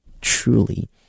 truly